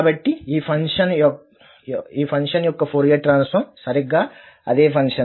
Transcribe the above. కాబట్టి ఈ ఫంక్షన్ యొక్క ఫోరియర్ ట్రాన్సఫార్మ్ సరిగ్గా అదే ఫంక్షన్